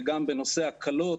וגם בנושא הקלות,